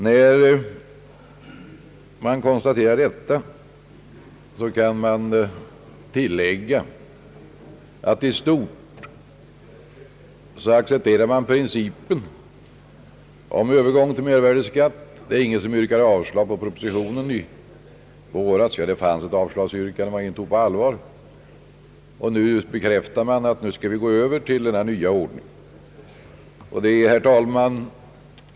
När jag konstaterar detta, kan jag tillägga att principen om övergång till mervärdeskatt i stort är accepterad. Ingen yrkar avslag därvidlag. I våras fanns ett avslagsyrkande, men det tog ingen på allvar. Nu bekräftas sålunda övergången till den nya ordningen.